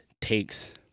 takes